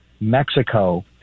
Mexico